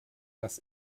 dass